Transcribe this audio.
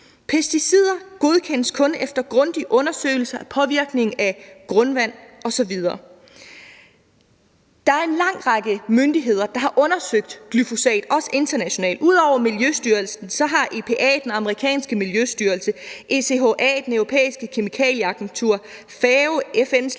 Pesticider godkendes kun efter grundige undersøgelser af deres påvirkning af grundvand osv. Der er en lang række myndigheder, der har undersøgt glyfosat, også internationalt. Ud over Miljøstyrelsen har EPA, den amerikanske miljøstyrelse, ECHA, Det Europæiske Kemikalieagentur, FAO, FN's